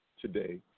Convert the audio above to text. today